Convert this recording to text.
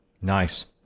Nice